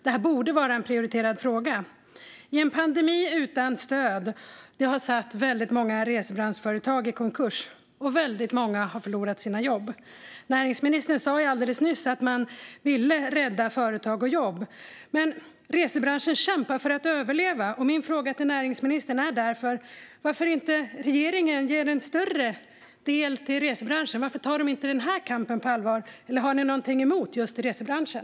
Det här borde vara en prioriterad fråga. En pandemi utan stöd har försatt många reseföretag i konkurs, och väldigt många har förlorat sina jobb. Näringsministern sa alldeles nyss att man vill rädda företag och jobb. Men resebranschen kämpar för att överleva. Min fråga till näringsministern är därför varför regeringen inte ger en större del till resebranschen? Varför tar ni inte den här kampen på allvar? Eller har ni något emot just resebranschen?